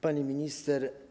Pani Minister!